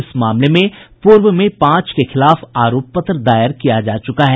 इस मामले में पूर्व में पांच आरोपियों पर आरोप पत्र दायर किया जा चुका है